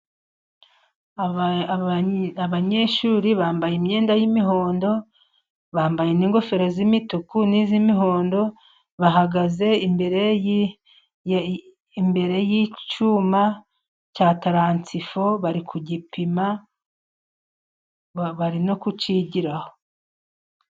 Abanyeshuri bambaye imyenda y'imihondo, bambaye n'ingofero z'imituku n'iz'imihondo. Bahagaze imbere y'icyuma cya taransifo, bari kugipima kandi bari no kucyigiraho.